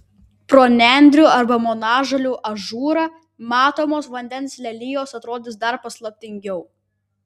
pro nendrių arba monažolių ažūrą matomos vandens lelijos atrodys dar paslaptingiau